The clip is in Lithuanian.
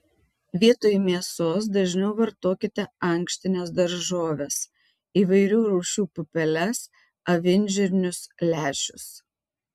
vietoj mėsos dažniau vartokite ankštines daržoves įvairių rūšių pupeles avinžirnius lęšius